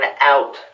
out